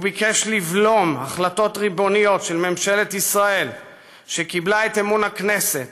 הוא ביקש לבלום החלטות ריבוניות של ממשלת ישראל שקיבלה את אמון הכנסת,